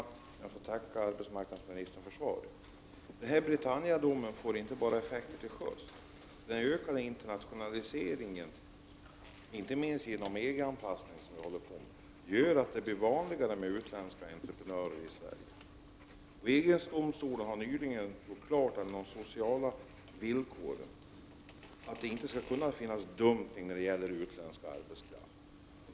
Herr talman! Jag ber att få tacka arbetsmarknadsministern för svaret. Britannia-domen får effekter inte bara till sjöss, utan den ökade internationaliseringen — inte minst genom den EG-anpassning som pågår — gör att det blir vanligare med utländska entreprenörer i Sverige. EG-domstolen har nyligen klargjort att det i fråga om de sociala villkoren inte skall kunna finnas någon ”dumpning” när det gäller utländsk arbetskraft.